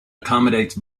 accommodates